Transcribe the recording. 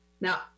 Now